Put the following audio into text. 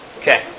Okay